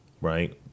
right